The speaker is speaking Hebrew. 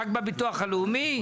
רק בביטוח הלאומי?